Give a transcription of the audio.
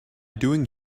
doing